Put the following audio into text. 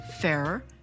fairer